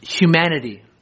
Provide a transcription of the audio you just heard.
humanity